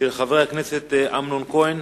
של חבר הכנסת אמנון כהן.